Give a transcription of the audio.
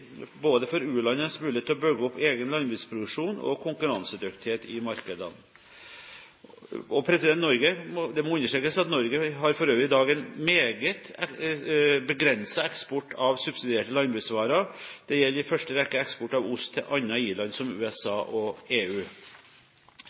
både for u-landenes mulighet til å bygge opp egen landbruksproduksjon og for konkurransedyktighet i markedene. Det må for øvrig understrekes at Norge i dag har en meget begrenset eksport av subsidierte landbruksvarer. Dette gjelder i første rekke eksport av ost til andre i-land, som USA